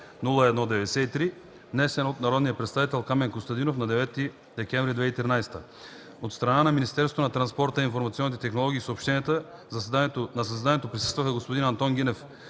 354-01-93, внесен от народния представител Камен Костадинов на 9 декември 2013 г. От страна на Министерството на транспорта, информационните технологии и съобщенията на заседанието присъстваха: господин Антон Гинев